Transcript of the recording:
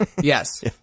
yes